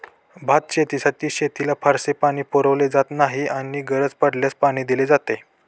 भातशेतीसाठी शेताला फारसे पाणी पुरवले जात नाही आणि गरज पडल्यास पाणी दिले जाते